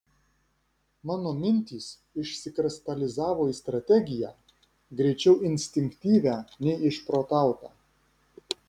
mano mintys išsikristalizavo į strategiją greičiau instinktyvią nei išprotautą